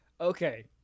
okay